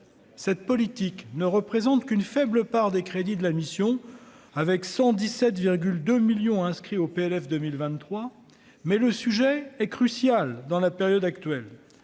Cette politique ne représente qu'une faible part des crédits de la mission avec 117 2 millions inscrits au PLF 2023, mais le sujet est crucial dans la période actuelle,